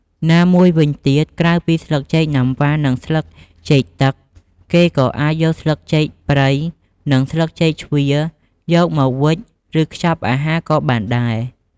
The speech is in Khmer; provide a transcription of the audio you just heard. ណាមួយវិញទៀត ក្រៅពីស្លឹកចេកណាំវ៉ា និងស្លឹកចេកទឹក គេក៏អាចយកស្លឹកចេកព្រៃ និងស្លឹកចេកជ្វាយកមកវេច ឬខ្ចប់អាហារក៍បានដែរ។